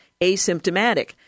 asymptomatic